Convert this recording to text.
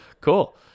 Cool